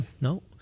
No